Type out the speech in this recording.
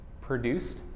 produced